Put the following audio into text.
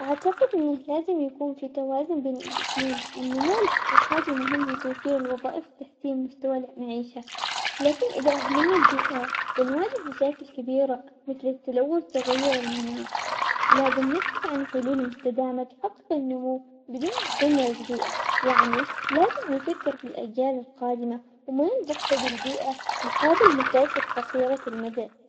أعتقد إنه لازم يكون في توازن بين الاثنين، النمو الاقتصادي مهم لتوفير الوظائف وتحسين مستوى المعيشة، لكن إذا أهملنا البيئة بنواجه مشاكل كبيرة مثل التلوث وتغير المناخ، لازم نسعى لحلول مستدامة تحقق النمو بدون ما تدمر البيئة يعني لازم نفكر في الأجيال القادمة وما نضحي بالبيئة مقابل مكاسب قصيرة المدى.